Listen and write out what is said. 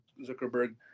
Zuckerberg